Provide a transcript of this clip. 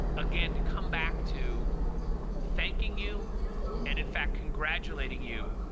again, to come back to thanking you and, in fact, congratulating you,